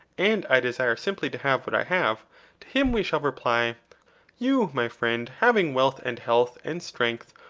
and i desire simply to have what i have to him we shall reply you, my friend, having wealth and health and strength,